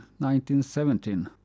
1917